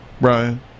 Brian